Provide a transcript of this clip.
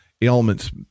ailments